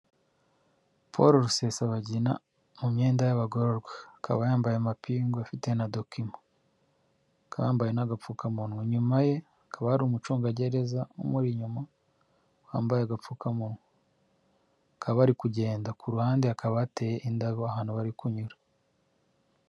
Paul Rusesabagina mu myenda y'abagororwa, akaba yambaye amapingu afite na dokima, akaba yambaye n'agapfukamunwa, inyuma ye hakaba hari umucungagereza umuri inyuma wambaye agapfukamunwa, akaba ari kugenda ku ruhande hakaba hateye indabo ahantu bari kunyura.